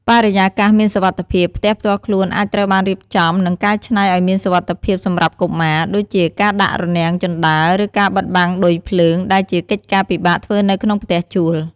បរិយាកាសមានសុវត្ថិភាព ផ្ទះផ្ទាល់ខ្លួនអាចត្រូវបានរៀបចំ និងកែច្នៃឲ្យមានសុវត្ថិភាពសម្រាប់កុមារ ដូចជាការដាក់រនាំងជណ្ដើរ ឬការបិទបាំងឌុយភ្លើង ដែលជាកិច្ចការពិបាកធ្វើនៅក្នុងផ្ទះជួល។